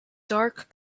dark